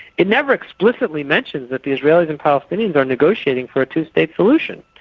it never explicitly mentions that the israelis and palestinians are negotiating for a two-state solution.